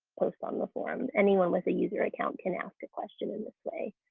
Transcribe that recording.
on the forum anyone with a user account can ask a question in this way.